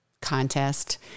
contest